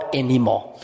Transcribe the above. anymore